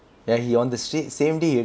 ya he on the sweet same day